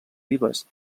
vives